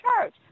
church